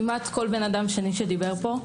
כמעט כל אדם שני שדיבר פה,